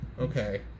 Okay